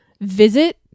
visit